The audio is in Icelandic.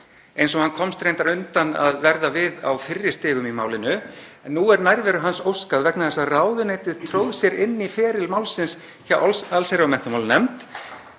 eins og hann komst reyndar undan að verða við á fyrri stigum í málinu. En nú er nærveru hans óskað vegna þess að ráðuneytið tróð sér inn í feril málsins hjá allsherjar- og menntamálanefnd.